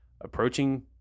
approaching